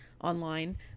online